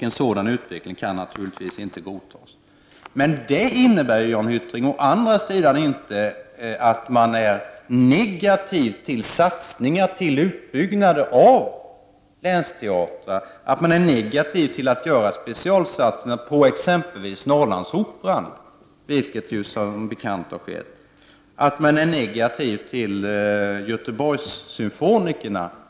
En sådan utveckling kan inte godtas.” Detta innebär å andra sidan inte, Jan Hyttring, att man är negativ till satsningar på utbyggnad av länsteatrar eller negativ till specialsatsningar på exempelvis Norrlandsoperan — satsningar som ju har skett — och på Göteborgssymfonikerna.